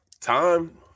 Time